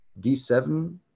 D7